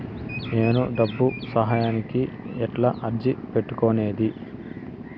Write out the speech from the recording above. నేను డబ్బు సహాయానికి ఎట్లా అర్జీ పెట్టుకునేది?